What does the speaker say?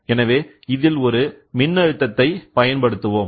எனவே இதில் ஒரு மின்னழுத்தத்தை பயன்படுத்துவோம்